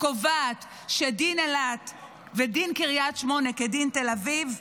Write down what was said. הקובעת שדין אילת ודין קריית שמונה כדין תל אביב,